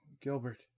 Gilbert